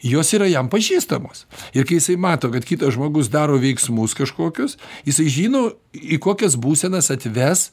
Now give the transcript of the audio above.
jos yra jam pažįstamos ir kai jisai mato kad kitas žmogus daro veiksmus kažkokius jisai žino į kokias būsenas atves